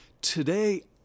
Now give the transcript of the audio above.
Today